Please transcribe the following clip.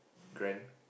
grand